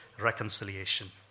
reconciliation